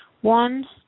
One